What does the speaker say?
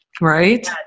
Right